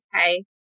okay